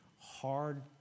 hard